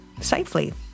safely